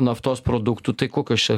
naftos produktų tai kokios čia